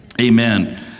amen